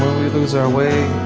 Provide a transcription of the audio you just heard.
we lose our way